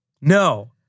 no